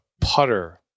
putter